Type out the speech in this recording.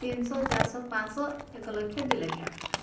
ତିନିଶହ ଚାରିଶହ ପାଞ୍ଚଶହ ଏକ ଲକ୍ଷ ଦୁଇ ଲକ୍ଷ